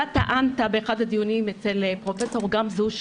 טענת באחד הדיונים אצל פרופ' גמזו,